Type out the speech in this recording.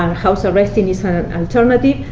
um house arresting is ah an alternative.